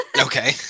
Okay